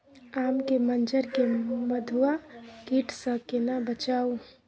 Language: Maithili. आम के मंजर के मधुआ कीट स केना बचाऊ?